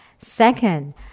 Second